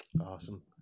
Awesome